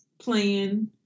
playing